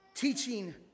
teaching